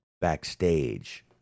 backstage